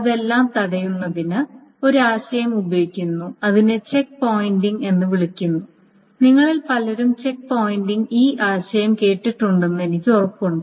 അതെല്ലാം തടയുന്നതിന് ഒരു ആശയം ഉപയോഗിക്കുന്നു അതിനെ ചെക്ക് പോയിന്റിംഗ് എന്ന് വിളിക്കുന്നു നിങ്ങളിൽ പലരും ചെക്ക് പോയിന്റിന്റെ ഈ ആശയം കേട്ടിട്ടുണ്ടെന്ന് എനിക്ക് ഉറപ്പുണ്ട്